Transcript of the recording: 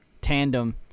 tandem